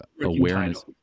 awareness